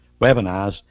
webinars